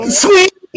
sweet